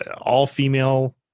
all-female